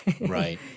Right